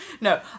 no